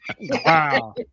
Wow